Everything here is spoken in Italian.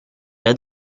già